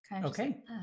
Okay